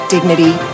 Dignity